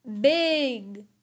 big